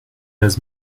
has